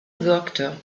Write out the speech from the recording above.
wirkte